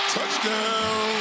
Touchdown